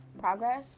Progress